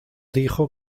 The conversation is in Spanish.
dijo